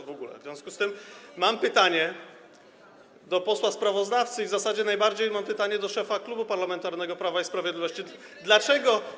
W związku z tym mam pytanie do posła sprawozdawcy i w zasadzie najbardziej mam pytanie do szefa Klubu Parlamentarnego Prawo i Sprawiedliwość: Dlaczego.